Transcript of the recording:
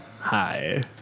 Hi